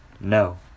no